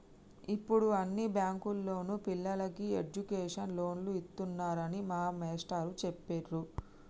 యిప్పుడు అన్ని బ్యేంకుల్లోనూ పిల్లలకి ఎడ్డుకేషన్ లోన్లు ఇత్తన్నారని మా మేష్టారు జెప్పిర్రు